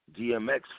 DMX